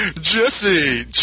Jesse